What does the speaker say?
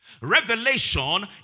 Revelation